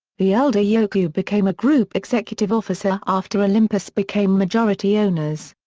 the elder yokoo became a group executive officer after olympus became majority owners.